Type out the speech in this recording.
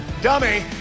dummy